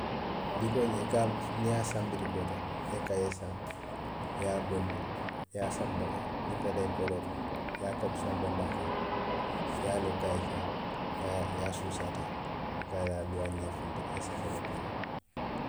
Bikoo ñiŋ niŋ i ye a saŋ bitikoo to, i ye kayee saŋ, i ye a bondi, i ye a sanba niŋ i futata ekooloo to, i ye a kapusoŋo bondi a kaŋ, i ye a loo kayee kaŋ, i ye a, i ye a suusaa teŋ i ka a je a duwaa ye funti, i ye safeeroo ke a la